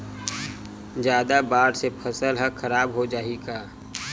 जादा बाढ़ से फसल ह खराब हो जाहि का?